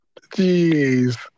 Jeez